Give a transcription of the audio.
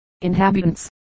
Inhabitants